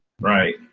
right